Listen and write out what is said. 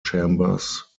chambers